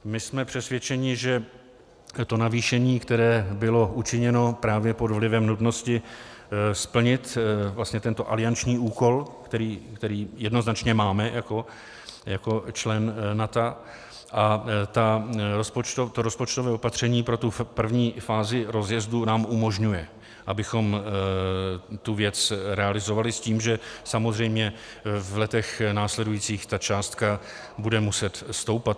My jsme přesvědčeni, že to navýšení, které bylo učiněno právě pod vlivem nutnosti splnit tento alianční úkol, který jednoznačně máme jako člen NATO, a to rozpočtové opatření pro první fázi rozjezdu nám umožňuje, abychom tu věc realizovali, s tím, že samozřejmě v letech následujících ta částka bude muset stoupat.